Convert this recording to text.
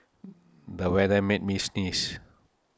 the weather made me sneeze